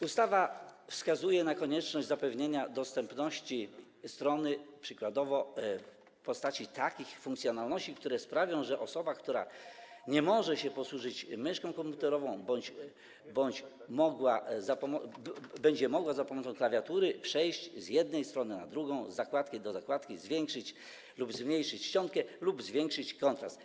Ustawa wskazuje na konieczność zapewnienia dostępności strony przykładowo w postaci takich funkcjonalności, które sprawią, że osoba, która nie może się posłużyć myszką komputerową, będzie mogła za pomocą klawiatury przejść z jednej strony na drugą, z zakładki do zakładki, zwiększyć lub zmniejszyć czcionkę bądź zwiększyć kontrast.